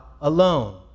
alone